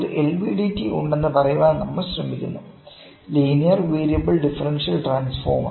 ഒരു എൽവിഡിടി ഉണ്ടെന്ന് പറയാൻ നമ്മൾ ശ്രമിക്കുന്നു ലീനിയർ വേരിയബിൾ ഡിഫറൻഷ്യൽ ട്രാൻസ്ഫോർമർ